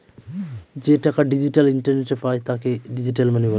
যে টাকা ডিজিটাল ইন্টারনেটে পায় তাকে ডিজিটাল মানি বলে